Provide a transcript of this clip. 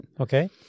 Okay